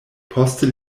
poste